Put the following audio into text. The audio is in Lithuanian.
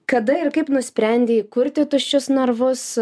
kada ir kaip nusprendei įkurti tuščius narvus